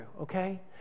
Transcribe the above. okay